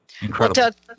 Incredible